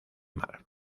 mar